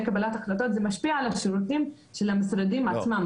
קבלת ההחלטות זה משפיע על השירותים של המשרדים עצמם,